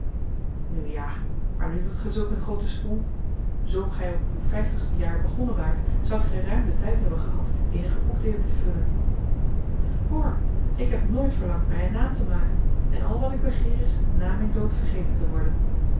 nu ja maar nu doet gij zulk een grooten sprong zoo gij op uw vijftigste jaar begonnen waart zoudt gij ruim den tijd hebben gehad eenige boekdeelen te vullen hoor ik heb nooit verlangd mij een naam te maken en al wat ik begeer is na mijn dood vergeten te worden